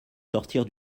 sortir